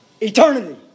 Eternity